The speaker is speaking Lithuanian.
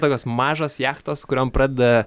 tokios mažos jachtos kuriom pradeda